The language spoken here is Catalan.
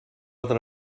altra